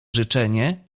życzenie